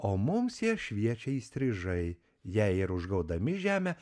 o mums jie šviečia įstrižai jei ir užgaudami žemę